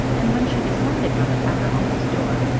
and when she descended from it at her uncle's door,